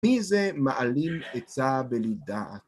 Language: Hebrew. מי זה מעלים עצה בלידה?